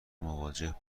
مواجهه